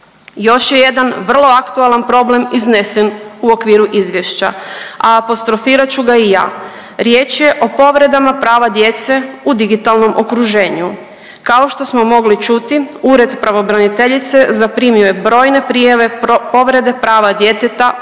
Još je jedan vrlo aktualan problem iznesen u okviru izvješća, a apostrofirat ću ga i ja. Riječ je o povredama prava djece u digitalnom okruženju. Kao što smo mogli čuti Ured pravobraniteljice zaprimio je brojne prijave, povrede prava djeteta u